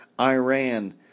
Iran